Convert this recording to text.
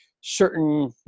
certain